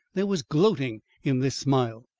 there was gloating in this smile.